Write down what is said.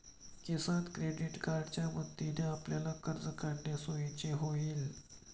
किसान credit कार्डच्या मदतीने आपल्याला कर्ज काढणे सोयीचे होईल